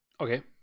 Okay